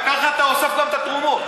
וככה אתה אוסף גם את התרומות.